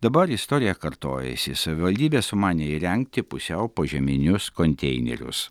dabar istorija kartojasi savivaldybė sumanė įrengti pusiau požeminius konteinerius